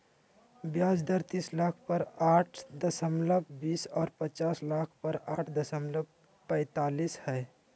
ब्याज दर तीस लाख पर आठ दशमलब बीस और पचास लाख पर आठ दशमलब पैतालीस हइ